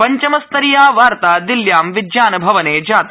पञ्चम स्तरीया वार्ता ह्य दिल्ल्यां विज्ञानभवने जाता